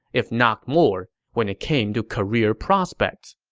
if not more, when it came to career prospects